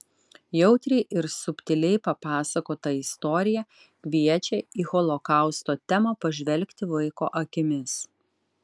jautriai ir subtiliai papasakota istorija kviečia į holokausto temą pažvelgti vaiko akimis